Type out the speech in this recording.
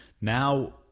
Now